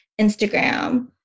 Instagram